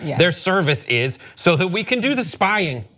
yeah their service is so that we can do the spying.